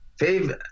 Fave